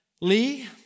Lee